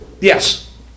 yes